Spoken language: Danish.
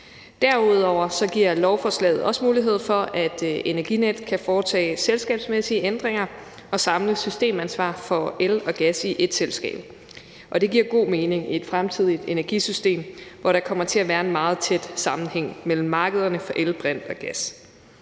Derudover giver lovforslaget også mulighed for, at Energinet kan foretage selskabsmæssige ændringer og samle systemansvar for el og gas i ét selskab. Og det giver god mening i et fremtidigt energisystem, hvor der kommer til at være en meget tæt sammenhæng mellem markederne for el, brint og gas.